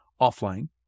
offline